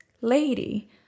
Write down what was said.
lady